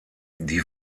die